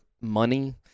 money